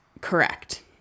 Correct